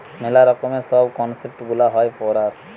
মেলা রকমের সব কনসেপ্ট গুলা হয় পড়ার